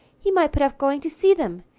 he might put off going to see them,